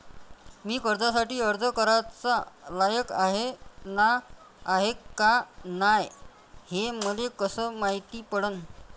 मी कर्जासाठी अर्ज कराचा लायक हाय का नाय हे मले कसं मायती पडन?